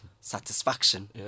satisfaction